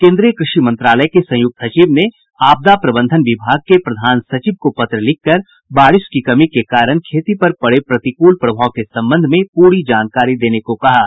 केन्द्रीय कृषि मंत्रालय के संयुक्त सचिव ने आपदा प्रबंधन विभाग के प्रधान सचिव को पत्र लिखकर बारिश की कमी के कारण खेती पर पड़े प्रतिकूल प्रभाव के संबंध में पूरी जानकारी देने को कहा है